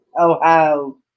Ohio